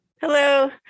Hello